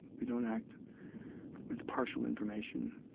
we don't act with partial information,